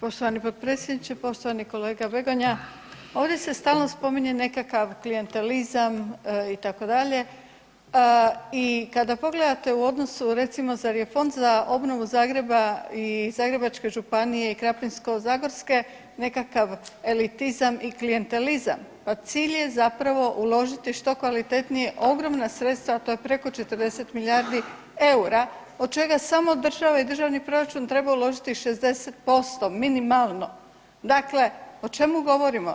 Poštovani potpredsjedniče, poštovani kolega Begonja ovdje se stalno spominje nekakav klijentelizam itd., i kada pogledate u odnosu recimo zar je Fond za obnovu Zagreba i Zagrebačke županije i Krapinsko-zagorske nekakav elitizam i klijentelizam, pa cilj je zapravo uložiti što kvalitetnije ogromna sredstva to je preko 40 milijardi EUR-a od čega samo država i državni proračun treba uložiti 60% minimalno, dakle o čemu govorimo.